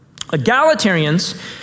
Egalitarians